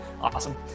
Awesome